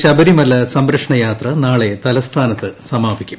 A യുടെ ശബരിമല സംരക്ഷണ യാത്ര നാളെ തലസ്ഥാനത്ത് സമാപിക്കും